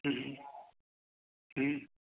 ꯎꯝ ꯍꯨꯝ ꯎꯝ